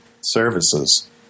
services